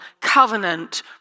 covenant